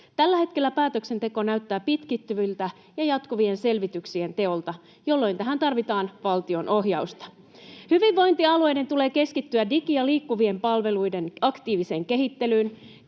Tällä hetkellä päätöksenteko näyttää pitkittyviltä ja jatkuvien selvityksien teoilta, jolloin tähän tarvitaan valtion ohjausta. Hyvinvointialueiden tulee keskittyä digi- ja liikkuvien palveluiden aktiiviseen kehittelyyn,